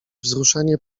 wzruszenie